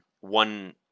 One